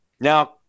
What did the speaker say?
Now